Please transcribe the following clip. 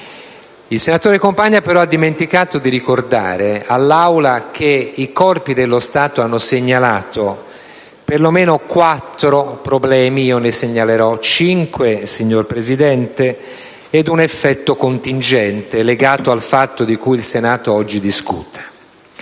Il senatore Compagna però ha dimenticato di ricordare all'Aula che i corpi dello Stato hanno segnalato per lo meno quattro problemi - io ne segnalerò cinque, signor Presidente - ed un effetto contingente, legato al fatto di cui il Senato oggi discute.